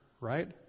right